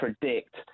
predict